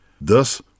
thus